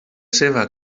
seva